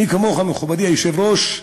מי כמוך, מכובדי היושב-ראש,